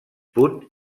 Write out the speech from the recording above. punt